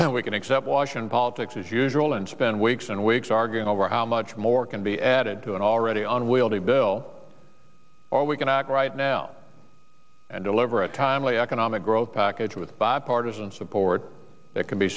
and we can accept washington politics as usual and spend weeks and weeks arguing over how much more can be added to an already on wheels a bill or we can act right now and deliver a timely economic growth package with bipartisan support that can be